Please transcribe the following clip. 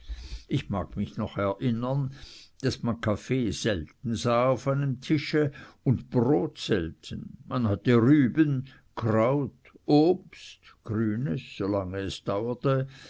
ich mag mich noch erinnern daß man kaffee selten sah auf einem tische und brot selten man hatte rüben kraut obst grünes solange es dauerte